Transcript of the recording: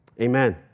Amen